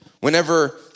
whenever